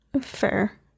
Fair